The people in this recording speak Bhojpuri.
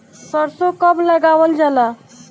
सरसो कब लगावल जाला?